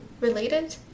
related